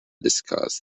discuss